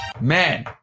Man